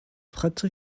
prêtre